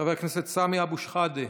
חבר הכנסת סמי אבו שחאדה,